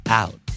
out